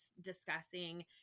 discussing